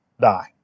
die